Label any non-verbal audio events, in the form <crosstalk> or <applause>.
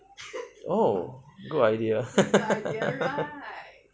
oh good idea <laughs>